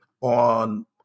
on